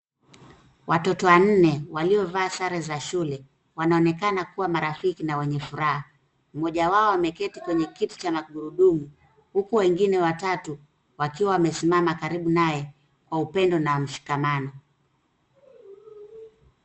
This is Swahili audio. Watoto wanne waliovaa sare za shule wanaonekana kuwa marafiki na wenye furaha. Mmoja wao ameketi kwenye kiti cha magurudumu huku wengine watatu wakiwa wamesimama karibu naye kwa upendo na mshikamano.